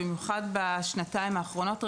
במיוחד בשנתיים האחרונות,